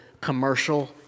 commercial